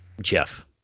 Jeff